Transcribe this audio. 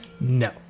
no